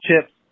chips